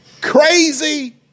Crazy